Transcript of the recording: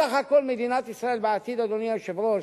בסך הכול מדינת ישראל בעתיד, אדוני היושב-ראש,